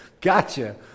gotcha